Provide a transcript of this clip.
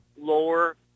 Lower